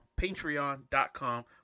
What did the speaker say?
patreon.com